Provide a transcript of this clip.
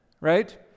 Right